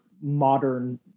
modern